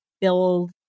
build